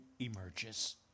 Emerges